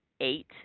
eight